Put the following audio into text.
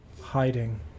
hiding